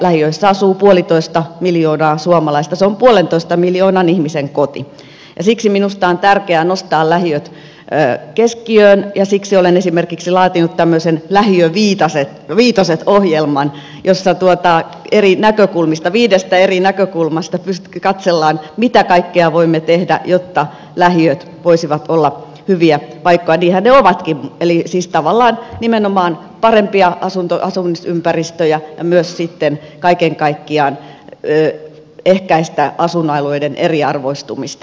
lähiöissä asuu puolitoista miljoonaa suomalaista se on puolentoista miljoonan ihmisen koti ja siksi minusta on tärkeää nostaa lähiöt keskiöön ja siksi olen esimerkiksi laatinut tämmöisen lähiöviitoset ohjelman jossa eri näkökulmista viidestä eri näkökulmasta katsellaan mitä kaikkea voimme tehdä jotta lähiöt voisivat olla hyviä paikkoja niinhän ne ovatkin eli siis tavallaan nimenomaan parempia asumisympäristöjä ja myös sitten kaiken kaikkiaan ehkäistä asuinalueiden eriarvoistumista